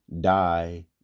die